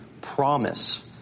promise